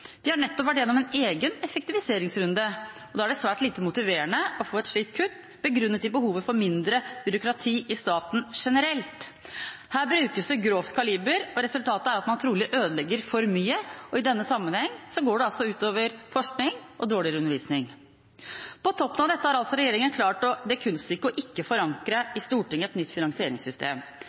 har nettopp vært gjennom en egen effektiviseringsrunde. Da er det svært lite motiverende å få et slikt kutt, begrunnet i behovet for mindre byråkrati i staten generelt. Her brukes det grovt kaliber, og resultatet er at man trolig ødelegger for mye. I denne sammenhengen går det ut over forskning og undervisning. På toppen av dette har altså regjeringa klart det kunststykket å ikke forankre i Stortinget et nytt finansieringssystem.